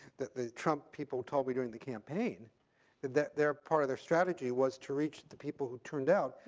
the trump people told me during the campaign that they're part of their strategy was to reach the people who tuned down,